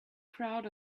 crowd